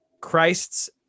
Christ's